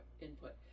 input